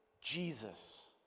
Jesus